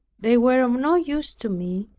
they were of no use to me,